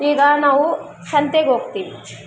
ಈಗ ನಾವು ಸಂತೆಗೋಗ್ತೀವಿ